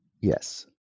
Yes